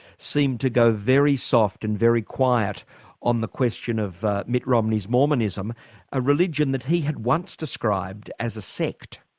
seemed to go very soft and very quiet on the question of mitt romney's mormonism a religion that he had once described as a sect.